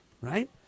right